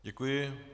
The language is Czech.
Děkuji.